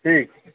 ठीक छै